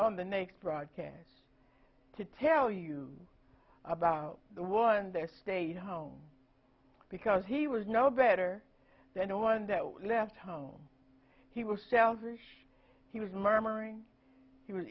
on the next broadcast to tell you about the one there stayed home because he was no better than the one that left home he was selfish he was